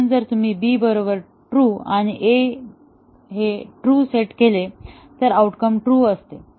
म्हणून जर तुम्ही B बरोबर ट्रू आणि A equal to true set केले तर आऊटकम ट्रू आहे